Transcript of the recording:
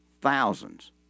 thousands